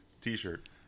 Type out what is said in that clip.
t-shirt